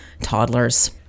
toddlers